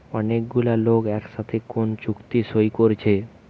অনেক গুলা লোক একসাথে কোন চুক্তি সই কোরছে